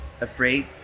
afraid